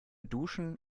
duschen